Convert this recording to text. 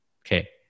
okay